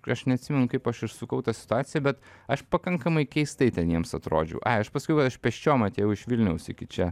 aš neatsimenu kaip aš išsukau tą situaciją bet aš pakankamai keistai ten jiems atrodžiau ai aš pasakiau kad aš pėsčiom atėjau iš vilniaus iki čia